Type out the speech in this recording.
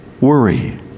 worry